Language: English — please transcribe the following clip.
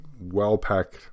well-packed